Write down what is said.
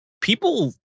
people